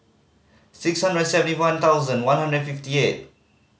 six hundred and seventy one thousand one hundred and fifty eight